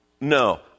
no